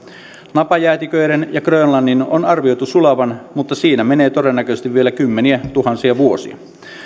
napajäätiköiden ja grönlannin on arvioitu sulavan mutta siinä menee todennäköisesti vielä kymmeniätuhansia vuosia